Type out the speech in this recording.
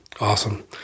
Awesome